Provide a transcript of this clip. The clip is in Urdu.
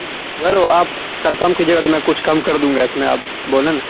اگر وہ آپ کنفم کیجیے گا تو میں کچھ کم کر دوں گا اس میں آپ بولیں نا